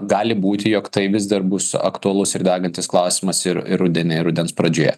gali būti jog tai vis dar bus aktualus ir degantis klausimas ir ir rudenį ir rudens pradžioje